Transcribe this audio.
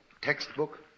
textbook